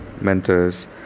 mentors